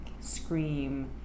scream